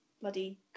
bloody